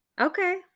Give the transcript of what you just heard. Okay